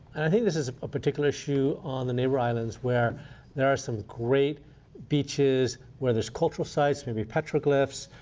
think this is a particular issue on the neighbor islands where there are some great beaches where there's cultural sites, maybe petroglyphs.